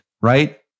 right